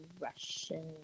Russian